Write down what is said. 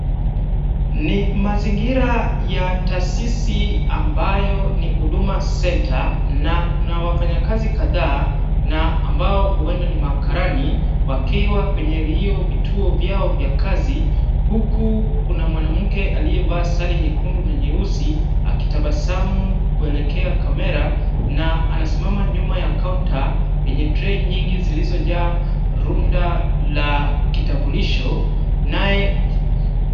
Ni mazingira ya taasisi ambayo ni Huduma Centre , na kuna wafanyakazi kadhaa, na ambayo huenda ni makarani wakiwa kwenye vituo vyao vya kazi huku kuna mwanamke aliyevaa sare ya nyekundu na nyeusi akitabasamu kuelekea kamera na anasimama nyuma ya kaunta yenye tray nyingi zilizojaa runda la kitambukisho. Naye